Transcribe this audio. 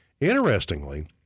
Interestingly